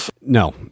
no